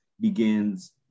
begins